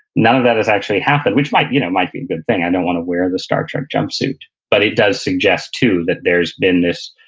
none of that has actually happened, which might you know might be a good thing. i don't wanna wear the star trek jump suit, but it does suggest too that there's been this,